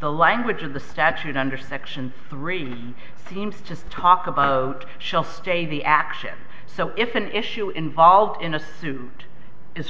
the language of the statute under section three seems to talk about shall stay the action so if an issue involved in a suit is